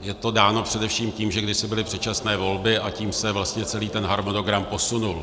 Je to dáno především tím, že kdysi byly předčasné volby, a tím se vlastně celý harmonogram posunul.